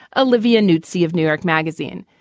olivia nuzzi of new york magazine.